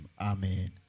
Amen